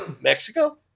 Mexico